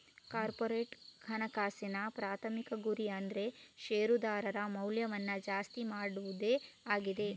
corporate ಹಣಕಾಸಿನ ಪ್ರಾಥಮಿಕ ಗುರಿ ಅಂದ್ರೆ ಶೇರುದಾರರ ಮೌಲ್ಯವನ್ನ ಜಾಸ್ತಿ ಮಾಡುದೇ ಆಗಿದೆ